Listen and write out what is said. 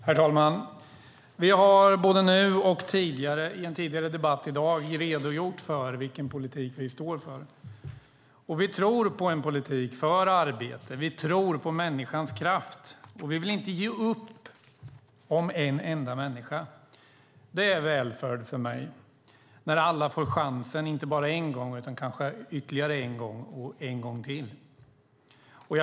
Herr talman! Vi har både nu och i en tidigare debatt i dag redogjort för vilken politik vi står för. Vi tror på en politik för arbete och på människans kraft. Vi vill inte ge upp om en enda människa. Det är välfärd för mig när alla får chansen inte bara en gång utan kanske ytterligare en gång och en gång till.